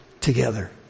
together